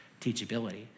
teachability